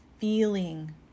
feeling